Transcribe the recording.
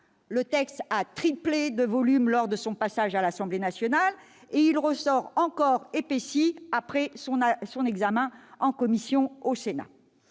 le texte a triplé de volume lors de son passage à l'Assemblée nationale et s'est encore épaissi après son examen par la commission du Sénat.